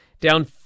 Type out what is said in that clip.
down